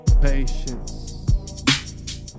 Patience